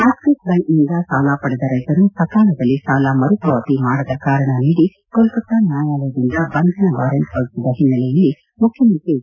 ಆಟ್ಲಿಸ್ ಬ್ಯಾಂಕಿನಿಂದ ಸಾಲ ಪಡೆದ ರೈತರು ಸಕಾಲದಲ್ಲಿ ಸಾಲ ಮರುಪಾವತಿ ಮಾಡದ ಕಾರಣ ನೀಡಿ ಕೋಲ್ಕತ್ತ ನ್ನಾಯಾಲಯದಿಂದ ಬಂಧನ ವಾರೆಂಟ್ ಹೊರಡಿಸಿದ ಹಿನ್ನೆಲೆಯಲ್ಲಿ ಮುಖ್ಯಮಂತ್ರಿ ಎಚ್